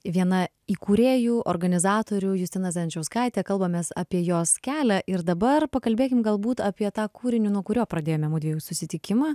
viena įkūrėjų organizatorių justina zajančauskaitė kalbamės apie jos kelią ir dabar pakalbėkim galbūt apie tą kūrinį nuo kurio pradėjome mudviejų susitikimą